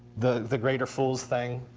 the the greater fools thing.